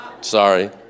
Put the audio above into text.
Sorry